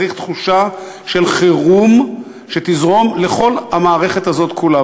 צריך תחושה של חירום שתזרום לכל המערכת כולה.